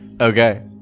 Okay